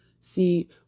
see